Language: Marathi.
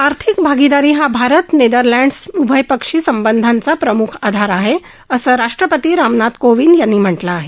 आर्थिक भागीदारी हा भारत नेदरलँड उभयपक्षी संबंधांचा प्रमुख आधार आहे असं राष्ट्रपती रामनाथ कोविंद यांनी म्हटलं आहे